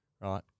right